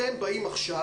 אתם גם באים עכשיו